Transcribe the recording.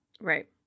Right